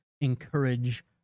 encourage